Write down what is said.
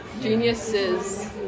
Geniuses